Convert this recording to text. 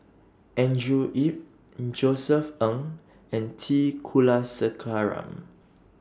Andrew Yip Josef Ng and T Kulasekaram